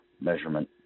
measurement